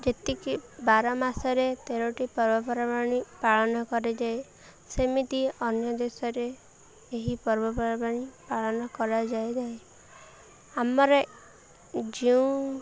ଯେତିକି ବାର ମାସରେ ତେରୋଟି ପର୍ବପର୍ବାଣି ପାଳନ କରାଯାଏ ସେମିତି ଅନ୍ୟ ଦେଶରେ ଏହି ପର୍ବପର୍ବାଣି ପାଳନ କରାଯାଇଥାଏ ଆମର ଯେଉଁ